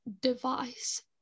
device